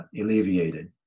alleviated